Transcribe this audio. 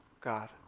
God